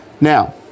Now